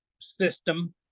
system